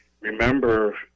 Remember